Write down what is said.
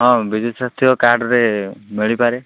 ହଁ ବିଜୁ ସ୍ୟାସ୍ଥ୍ୟ କାର୍ଡ଼ରେ ମିଳିପାରେ